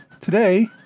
Today